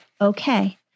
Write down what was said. okay